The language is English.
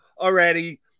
already